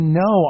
no